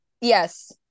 Yes